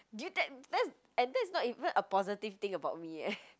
dude that that's and that's not even a positive thing about me eh